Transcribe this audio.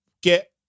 get